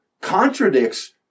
contradicts